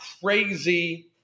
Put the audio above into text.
crazy